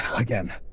again